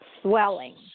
Swelling